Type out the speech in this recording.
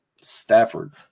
Stafford